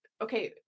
okay